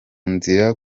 nzira